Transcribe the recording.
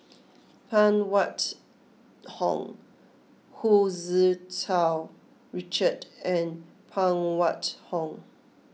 Phan Wait Hong Hu Tsu Tau Richard and Phan Wait Hong